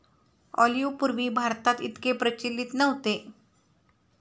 olive पूर्वी भारतात इतके प्रचलित नव्हते